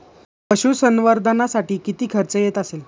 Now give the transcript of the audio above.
पशुसंवर्धनासाठी किती खर्च येत असेल?